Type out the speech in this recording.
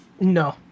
No